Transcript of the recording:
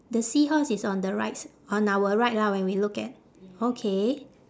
the seahorse is on the right s~ on our right lah when we look at okay